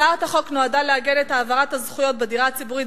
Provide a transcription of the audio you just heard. הצעת החוק נועדה לעגן את העברת הזכויות בדירה הציבורית,